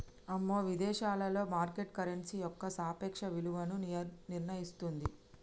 అమ్మో విదేశాలలో market currency యొక్క సాపేక్ష విలువను నిర్ణయిస్తుంది